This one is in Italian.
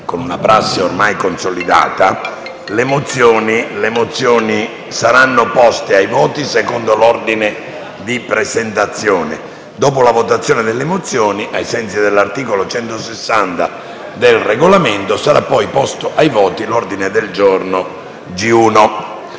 con una prassi consolidata, le mozioni saranno poste ai voti secondo l'ordine di presentazione. Dopo la votazione delle mozioni, ai sensi dell'articolo 160 del Regolamento, sarà posto ai voti l'ordine del giorno G1.